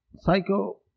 Psycho